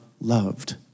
loved